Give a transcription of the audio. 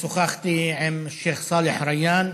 שוחחתי עם השיח' סאלח ריאן,